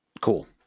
Cool